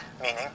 meaning